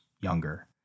younger